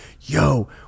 yo